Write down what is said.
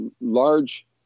large